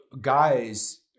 Guys